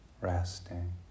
resting